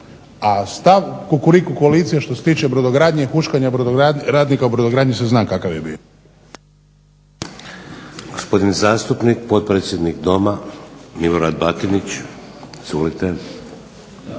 A stav Kukuriku koalicije što se tiče brodogradnje i huškanja radnika u brodogradnji se zna kakav je bio. **Šeks, Vladimir (HDZ)** Gospodin zastupnik, potpredsjednik Doma Milorad Batinić. Izvolite